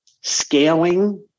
scaling